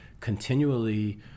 continually